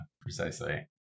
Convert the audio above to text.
precisely